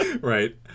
right